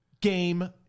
game-